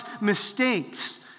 mistakes